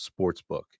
Sportsbook